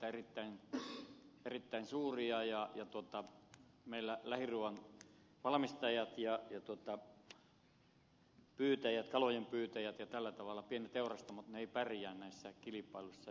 meillä on erittäin suuria hankintarenkaita ja meillä lähiruuan valmistajat ja pyytäjät kalojenpyytäjät ja tällä tavalla pienet teurastamot eivät pärjää näissä kilpailuissa